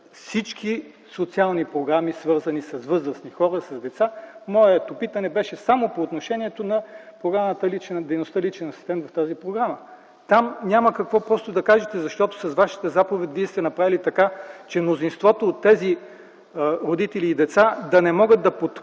всички социални програми, свързани с възрастни хора, с деца. Моето питане беше само по отношение на дейността „личен асистент” в тази програма. Там просто няма какво да кажете, защото с Вашата заповед сте направили така, че мнозинството от тези родители и деца да не могат да попаднат